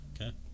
Okay